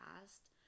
past